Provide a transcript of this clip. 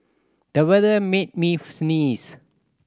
the weather made me sneeze